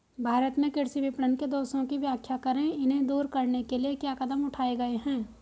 भारत में कृषि विपणन के दोषों की व्याख्या करें इन्हें दूर करने के लिए क्या कदम उठाए गए हैं?